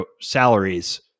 salaries